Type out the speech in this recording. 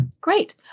Great